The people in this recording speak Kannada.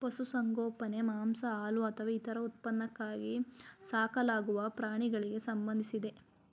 ಪಶುಸಂಗೋಪನೆ ಮಾಂಸ ಹಾಲು ಅಥವಾ ಇತರ ಉತ್ಪನ್ನಕ್ಕಾಗಿ ಸಾಕಲಾಗೊ ಪ್ರಾಣಿಗಳಿಗೆ ಸಂಬಂಧಿಸಿದೆ